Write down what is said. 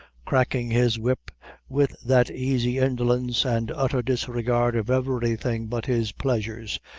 cracking his whip with that easy indolence and utter disregard of everything but his pleasures,